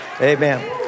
Amen